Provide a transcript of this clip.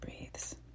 breathes